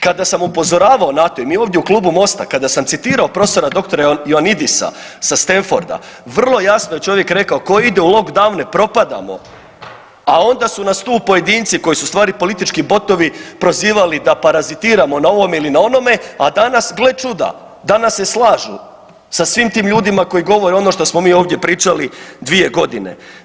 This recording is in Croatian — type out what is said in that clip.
Kada sam upozoravao na to i mi ovdje u Klubu MOST-a kada sam citirao prof.dr. Ioannidisa sa Stanforda vrlo jasno je čovjek rekao tko ide u lockdown ne propadamo, a onda su nas tu pojedinci koji su u stvari politički botovi prozivali da parazitiramo na ovome ili na onome, a danas gle čuda, danas se slažu sa svim tim ljudima koji govore ono što smo mi ovdje pričali 2 godine.